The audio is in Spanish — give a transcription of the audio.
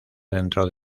dentro